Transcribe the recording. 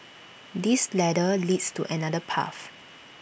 this ladder leads to another path